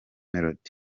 melody